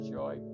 joy